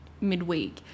midweek